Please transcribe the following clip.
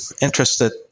interested